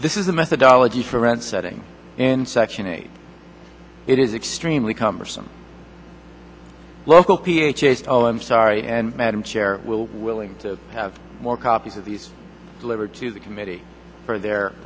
this is the methodology for rent setting in section eight it is extremely cumbersome local p h a so i'm sorry and madam chair will willing to have more copies of these delivered to the committee for their